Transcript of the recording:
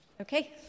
okay